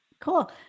Cool